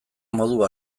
modu